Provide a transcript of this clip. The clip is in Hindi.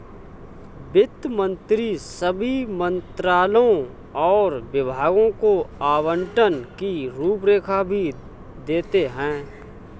वित्त मंत्री सभी मंत्रालयों और विभागों को आवंटन की रूपरेखा भी देते हैं